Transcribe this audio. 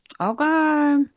okay